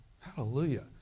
Hallelujah